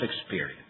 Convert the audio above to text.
experience